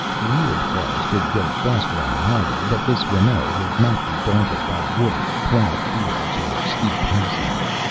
wheeled cars could go faster on the highway, but this renault would not be daunted by water, plowed fields, or steep hillsides.